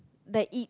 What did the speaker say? like it